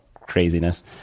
craziness